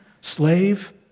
slave